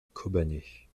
kobané